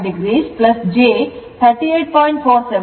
5o o j 38